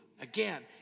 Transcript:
Again